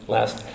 Last